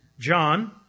John